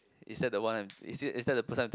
is that the one I am is it is that the person I am think